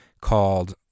called